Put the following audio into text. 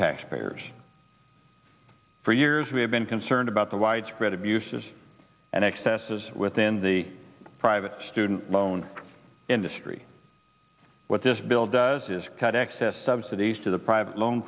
taxpayers for years we have been concerned about the widespread abuses and excesses within the private student loan industry what this bill does is cut excess subsidies to the private loan